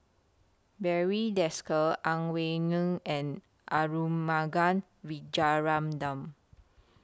Barry Desker Ang Wei Neng and Arumugam Vijiaratnam